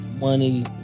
money